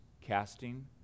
casting